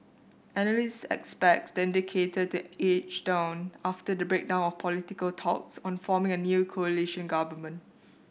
analysts expect the indicator to edge down after the breakdown of political talks on forming a new coalition government